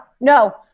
no